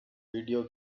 video